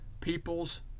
people's